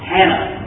Hannah